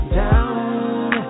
down